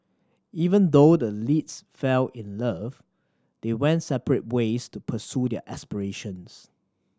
even though the leads fell in love they went separate ways to pursue their aspirations